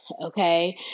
okay